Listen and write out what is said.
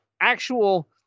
actual